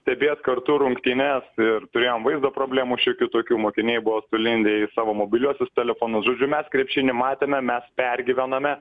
stebėt kartu rungtynes ir turėjom vaizdo problemų šiokių tokių mokiniai buvo sulindę į savo mobiliuosius telefonus žodžiu mes krepšinį matėme mes pergyvename